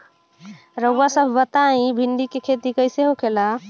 रउआ सभ बताई भिंडी क खेती कईसे होखेला?